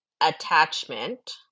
attachment